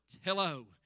Hello